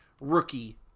Rookie